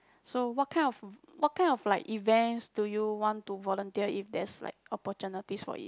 so what kind of what kind of like events do you want to volunteer if there's like opportunities for it